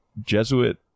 jesuit